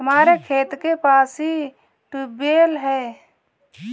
हमारे खेत के पास ही ट्यूबवेल है